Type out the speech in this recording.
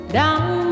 down